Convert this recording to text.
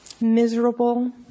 Miserable